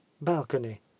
Balcony